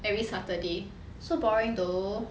every saturday so boring though